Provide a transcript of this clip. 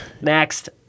Next